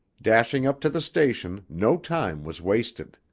dashing up to the station, no time was wasted.